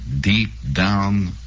deep-down